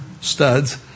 studs